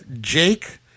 Jake